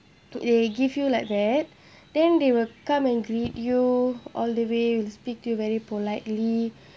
they give you like that then they will come and greet you all the way speak to you very politely